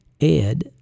Ed